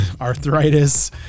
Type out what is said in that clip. arthritis